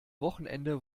wochenende